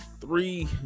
three